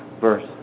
verse